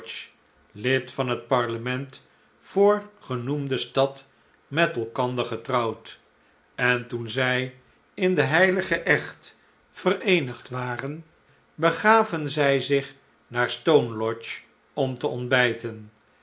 lid van het parlement voor genoemde stad met elkander getrouwd en toen zij in den heiligen echt vereenigd waren begaven zij zich naar stone lodge om te ontbijten